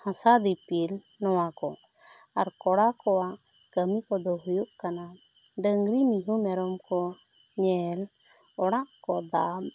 ᱦᱟᱥᱟ ᱫᱤᱯᱤᱞ ᱱᱚᱣᱟ ᱠᱚ ᱟᱨ ᱠᱚᱲᱟ ᱠᱚᱣᱟᱜ ᱠᱟᱹᱢᱤ ᱠᱚᱫᱚ ᱦᱩᱭᱩᱜ ᱠᱟᱱᱟ ᱰᱟᱝᱨᱤ ᱢᱤᱦᱩᱸ ᱢᱮᱨᱚᱢ ᱠᱚ ᱧᱮᱞ ᱚᱲᱟᱜ ᱠᱚ ᱫᱟᱵ